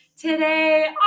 Today